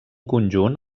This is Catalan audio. conjunt